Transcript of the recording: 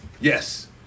Yes